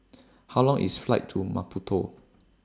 How Long IS The Flight to Maputo